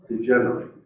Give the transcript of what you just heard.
degenerate